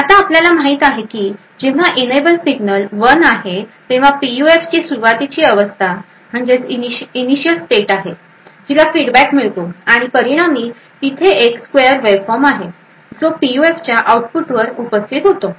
आता आपल्याला माहित आहे की जेव्हा इनएबल सिग्नल 1 आहे तेव्हा पीयूएफची सुरुवातीची अवस्था आहे जिला फीडबॅक मिळतो आणि परिणामी तेथे एक स्क्वेअर वेव्हफॉर्म आहे जो पीयूएफच्या आउटपुटवर उपस्थित होतो